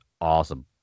awesome